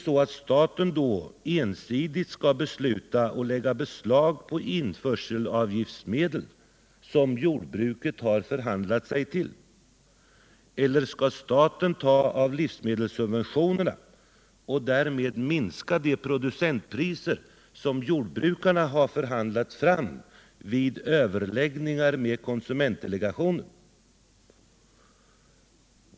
Skall staten ensidigt besluta att lägga beslag på införselavgiftsmedel som jordbruket har förhandlat sig till, eller skall staten ta av livsmedelssubventionerna och därmed minska de producentpriser som jordbrukarna har förhandlat fram vid överläggningar med konsumentdelegationen.